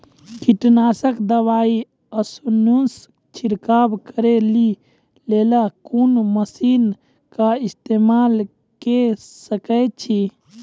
कीटनासक दवाई आसानीसॅ छिड़काव करै लेली लेल कून मसीनऽक इस्तेमाल के सकै छी?